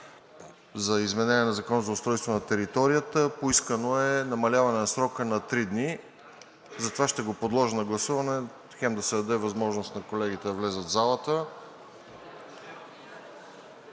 за изменение на Закона за устройство на територията. Поискано е намаляване на срока на три дни, затова ще го подложа на гласуване, за да се даде възможност на колегите да влязат в залата.